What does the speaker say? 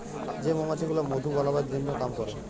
যে মমাছি গুলা মধু বালাবার জনহ কাম ক্যরে